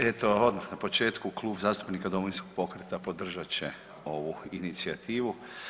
Eto odmah na početku Klub zastupnika Domovinskog pokreta podržat će ovu inicijativu.